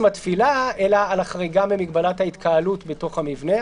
התפילה אלא על החריגה ממגבלת ההתקהלות בתוך המבנה,